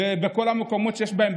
ובכל המקומות שיש בהם,